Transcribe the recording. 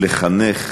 לחנך